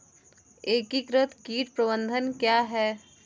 एकीकृत कीट प्रबंधन क्या है?